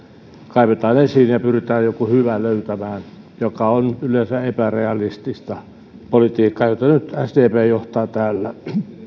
kaivetaan esiin ja pyritään joku hyvä löytämään ja se on yleensä epärealistista politiikkaa jota nyt sdp johtaa täällä